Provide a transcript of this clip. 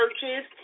churches